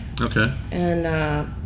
Okay